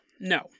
No